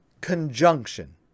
conjunction